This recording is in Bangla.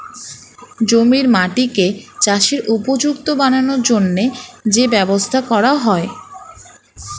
জমির মাটিকে চাষের উপযুক্ত বানানোর জন্যে যে ব্যবস্থা করা হয়